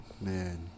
Man